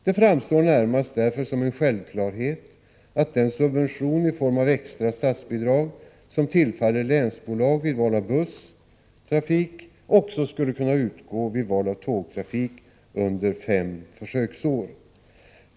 Det framstår därför närmast som en självklarhet att den subvention i form av extra statsbidrag som tillfaller länsbolag vid val av busstrafik också skall kunna utgå vid val av tågtrafik under fem försöksår.